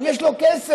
יש לו כסף,